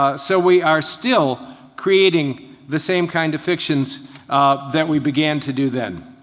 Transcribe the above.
ah so we are still creating the same kind of fictions that we began to do then.